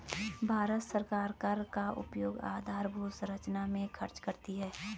भारत सरकार कर का उपयोग आधारभूत संरचना में खर्च करती है